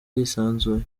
yisanzuye